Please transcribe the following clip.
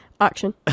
action